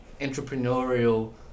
entrepreneurial